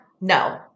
No